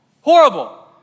horrible